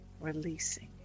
releasing